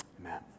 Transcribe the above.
Amen